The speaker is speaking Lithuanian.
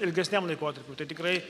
ilgesniam laikotarpiui tai tikrai